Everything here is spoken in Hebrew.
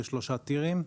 לשלושה טירים.